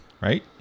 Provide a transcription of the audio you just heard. right